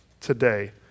today